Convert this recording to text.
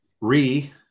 Re